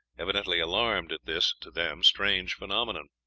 evidently alarmed at this, to them, strange phenomenon.